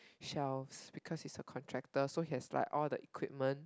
shelves because he's a contractor so he has like all the equipment